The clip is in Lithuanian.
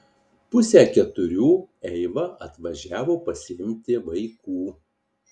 pusę keturių eiva atvažiavo pasiimti vaikų